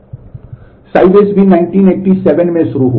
Sybase भी 1987 में शुरू हुआ